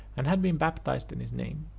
and had been baptized in his name.